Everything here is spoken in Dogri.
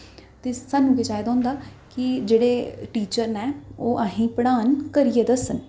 ते सानूं ते चाहिदा होंदा कि जेह्ड़े टीचर न ओह् असें गी पढ़ान करियै दस्सन